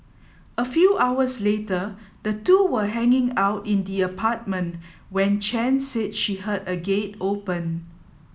a few hours later the two were hanging out in the apartment when Chen said she heard a gate open